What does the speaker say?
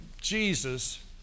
Jesus